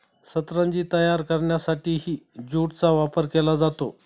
सतरंजी तयार करण्यासाठीही ज्यूटचा वापर केला जातो